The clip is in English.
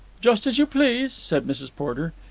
just as you please, said mrs. porter.